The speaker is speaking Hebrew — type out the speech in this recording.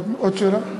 עוד שאלה?